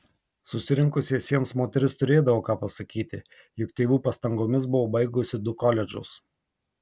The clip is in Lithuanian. susirinkusiesiems moteris turėdavo ką pasakyti juk tėvų pastangomis buvo baigusi du koledžus